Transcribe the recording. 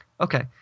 okay